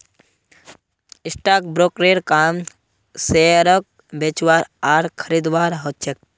stock ब्रोकरेर काम शेयरक बेचवार आर खरीदवार ह छेक